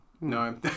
No